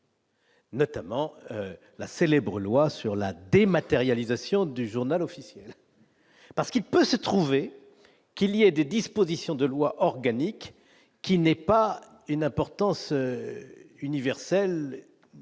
Notamment la célèbre loi sur la dématérialisation du Journal officiel, parce qu'il peut se trouver qu'il y a des dispositions de loi organique qui n'est pas une importance universelle,